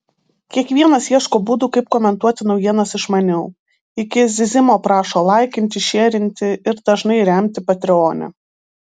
kiekvienas ieško būdų kaip komentuoti naujienas išmaniau iki zyzimo prašo laikinti šierinti ir dažnai remti patreone